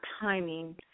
timing